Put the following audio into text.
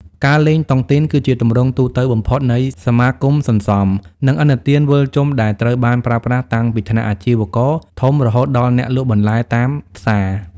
ការលេង "តុងទីន" គឺជាទម្រង់ទូទៅបំផុតនៃសមាគមសន្សំ និងឥណទានវិលជុំ ដែលត្រូវបានប្រើប្រាស់តាំងពីថ្នាក់អាជីវករធំ រហូតដល់អ្នកលក់បន្លែតាមផ្សារ។